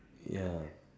ya